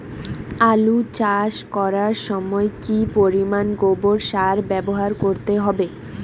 আলু চাষ করার সময় কি পরিমাণ গোবর সার ব্যবহার করতে হবে?